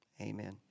Amen